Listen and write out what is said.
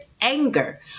anger